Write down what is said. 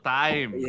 time